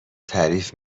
تعریف